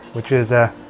which is ah